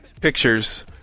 pictures